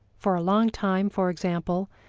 for a long time, for example,